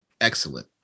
Excellent